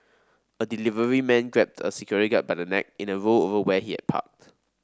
a delivery man grabbed a security guard by the neck in a row over where he had parked